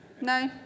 No